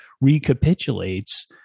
recapitulates